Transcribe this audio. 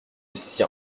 sien